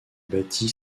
bâtie